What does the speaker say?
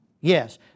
Yes